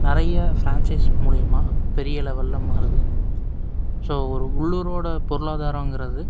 நிறைய ஃப்ரான்சைஸ் மூலயமா பெரிய லெவலில் மாறுது ஸோ ஒரு உள்ளூரோடய பொருளாதாரங்கிறது